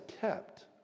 kept